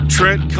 Trent